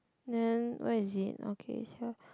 then where is it okay it's here